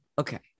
Okay